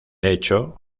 hecho